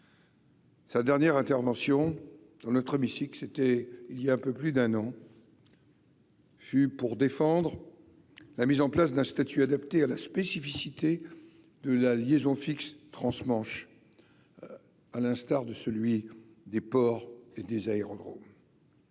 Sa dernière intervention l'autre mystique, c'était il y a un peu plus d'un an. Fut pour défendre la mise en place d'un statut adapté à la spécificité de la liaison fixe transmanche, à l'instar de celui des porcs et des aérodromes.